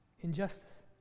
Injustice